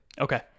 Okay